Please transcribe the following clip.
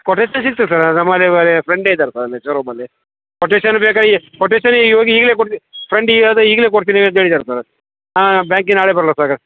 quotation ಸಿಕ್ಕಿತು sir ನಮ್ಮ ಅದೇ ಅದೇ ಫ್ರೆಂಡೇ ಇದಾರೆ ಸರ್ ಅಲ್ಲಿ ಷೋರೂಮಲ್ಲಿ ಕೊಟೇಷನ್ ಬೇಕಾಗಿ ಕೊಟೇಷನ್ ಇವಾಗ ಈಗಲೇ ಕೊಡ್ತಿ ಫ್ರೆಂಡ್ ಈಗ ಅದೇ ಈಗಲೇ ಕೊಡ್ತೀನಿ ಅಂತ ಹೇಳಿದಾರ್ ಸರ್ ಹಾಂ ಬ್ಯಾಂಕಿಗೆ ನಾಳೆ ಬರಲಾ ಸರ್ ಹಾಗಾರ್